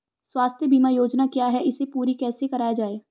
स्वास्थ्य बीमा योजना क्या है इसे पूरी कैसे कराया जाए?